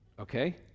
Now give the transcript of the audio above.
Okay